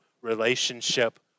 relationship